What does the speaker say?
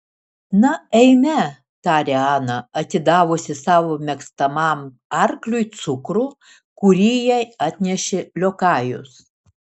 na eime tarė ana atidavusi savo mėgstamam arkliui cukrų kurį jai atnešė liokajus